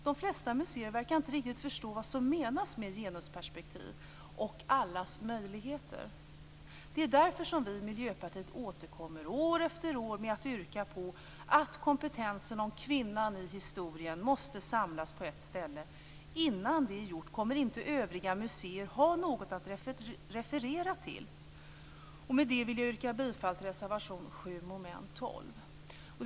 De flesta museer verkar inte riktigt förstå vad som menas med genusperspektiv och allas möjligheter. Det är därför som vi i Miljöpartiet återkommer år efter år med yrkandet att kompetensen om kvinnan i historien måste samlas på ett ställe. Innan det är gjort kommer inte övriga museer att ha något att referera till. Med det vill jag yrka bifall till reservation 7, under mom. 12.